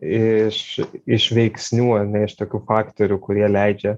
iš iš veiksnių ar ne iš tokių faktorių kurie leidžia